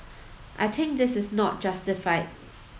I think is not justified